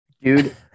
dude